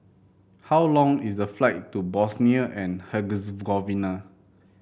how long is the flight to Bosnia and Herzegovina